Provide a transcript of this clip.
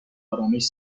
ارامش